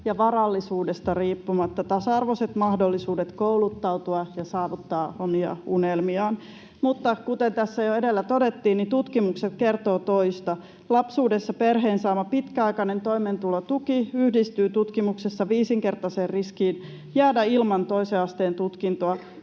ja varallisuudesta riippumatta tasa-arvoiset mahdollisuudet kouluttautua ja saavuttaa omia unelmiaan. Mutta kuten tässä jo edellä todettiin, tutkimukset kertovat toista. Lapsuudessa perheen saama pitkäaikainen toimeentulotuki yhdistyy tutkimuksessa viisinkertaiseen riskiin jäädä ilman toisen asteen tutkintoa